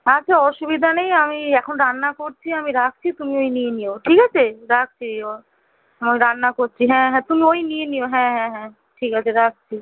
আচ্ছা অসুবিধা নেই আমি এখন রান্না করছি আমি রাখছি তুমি ঐ নিয়ে নিও ঠিক আছে রাখছি গো আমি রান্না করছি হ্যাঁ হ্যাঁ তুমি ঐ নিয়ে নিও হ্যাঁ হ্যাঁ হ্যাঁ ঠিক আছে রাখছি